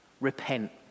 repent